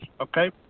okay